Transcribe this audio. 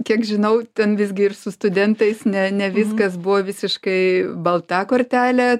kiek žinau ten visgi ir su studentais ne ne viskas buvo visiškai balta kortelė